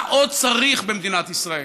מה עוד צריך במדינת ישראל?